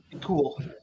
Cool